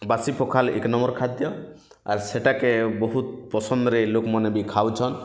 ବାସି ପଖାଲ୍ ଏକ ନମ୍ୱର୍ ଖାଦ୍ୟ ଆର୍ ସେଟାକେ ବହୁତ୍ ପସନ୍ଦରେ ଲୋକମାନେ ବି ଖାଉଚନ୍